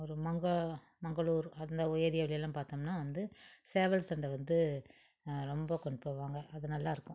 ஒரு மங்க மங்களூர் அந்த ஒரு ஏரியாவிலெல்லாம் பார்த்தம்ன்னா வந்து சேவல் சண்டை வந்து ரொம்ப கொண்டு போவாங்க அது நல்லாயிருக்கும்